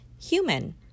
human